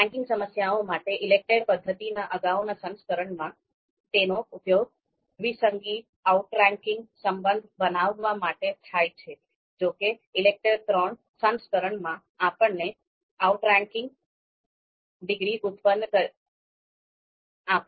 ranking સમસ્યાઓ માટે ELECTRE પદ્ધતિના અગાઉના સંસ્કરણમાં તેનો ઉપયોગ દ્વિસંગી આઉટરેન્કિંગ સંબંધ બનાવવા માટે થાય છે જો કે ઈલેકટેર III સંસ્કરણમાં આપણે આઉટરેન્કિંગ ડિગ્રી ઉત્પન્ન કરીએ છીએ